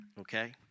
Okay